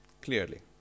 clearly